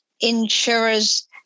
insurers